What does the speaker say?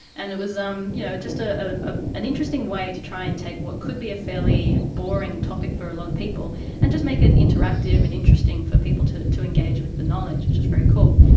and it was um you know just ah ah ah an interesting way to try and take what could be a fairly boring topic for a lot of people and just make it interactive and interesting for people to to engage with the knowledge, which was very cool.